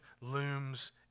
looms